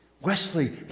Wesley